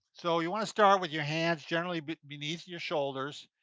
so you wanna start with your hands generally beneath your shoulders.